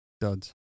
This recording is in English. Duds